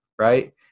right